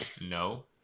No